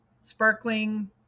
Sparkling